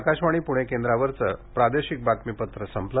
आकाशवाणी पुणे केंद्रावरचं प्रादेशिक बातमीपत्र संपलं